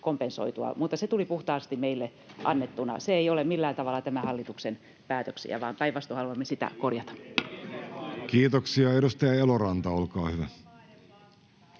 Mutta se tuli puhtaasti meille annettuna, se ei ole millään tavalla tämän hallituksen päätöksiä, vaan päinvastoin haluamme sitä korjata. [Speech 14] Speaker: Jussi Halla-aho